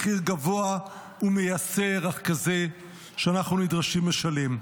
מחיר גבוה ומייסר, אך כזה שאנחנו נדרשים לשלם.